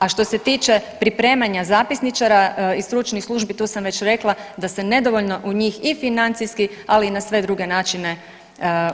A što se tiče pripremanja zapisničara i stručnih službi tu sam već rekla da se nedovoljno u njih i financijski, ali i na sve druge načine ulaže.